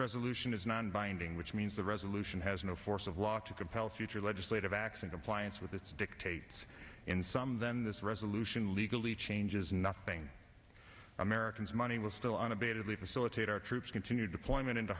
resolution is nonbinding which means the resolution has no force of law to compel future legislative acts in compliance with its dictates and some then this resolution legally changes nothing americans money will still on a bit of legal silicate our troops continue deployment into